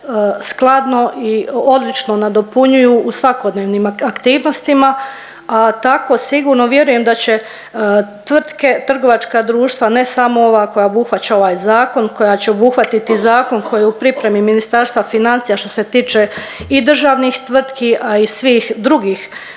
skladno i odlično nadopunjuju u svakodnevnim aktivnostima, a tako sigurno vjerujem da će tvrtke, trgovačka društva ne samo ova koja obuhvaća ovaj zakon koja će obuhvatiti zakon koji je u pripremi Ministarstva financija što se tiče i državnih tvrtki, a i svih drugih